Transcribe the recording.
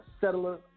settler